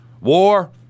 war